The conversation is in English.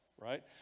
right